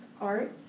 art